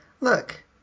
look